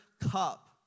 cup